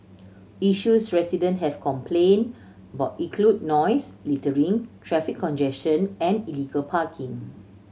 issues resident have complained about include noise littering traffic congestion and illegal parking